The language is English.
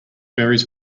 berries